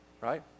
right